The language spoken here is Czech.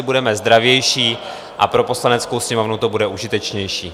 Budeme zdravější a pro Poslaneckou sněmovnu to bude užitečnější.